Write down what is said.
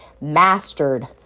mastered